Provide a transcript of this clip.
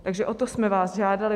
Takže o to jsme vás žádali.